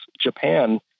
Japan